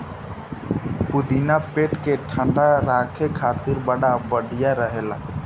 पुदीना पेट के ठंडा राखे खातिर बड़ा बढ़िया रहेला